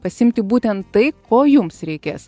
pasiimti būtent tai ko jums reikės